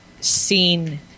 seen